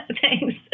Thanks